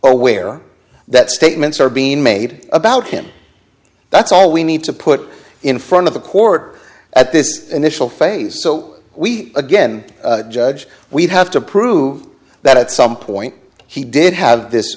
aware that statements are being made about him that's all we need to put in front of the court at this initial phase so we again judge we'd have to prove that at some point he did have this